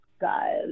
guys